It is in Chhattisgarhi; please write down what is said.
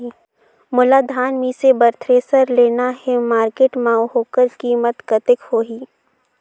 मोला धान मिसे बर थ्रेसर लेना हे मार्केट मां होकर कीमत कतेक होही?